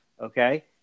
Okay